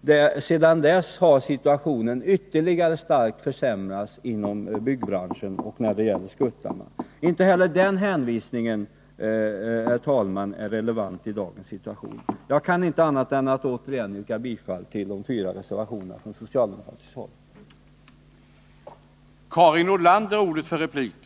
men sedan dess har situationen ytterligare starkt försämrats inom byggbranschen och när det gäller skuttarna. Inte heller den hänvisningen, herr talman, är relevant i dagens situation. Jag kan inte annat än att återigen yrka bifall till de fyra reservationerna från socialdemokratiskt håll.